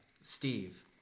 Steve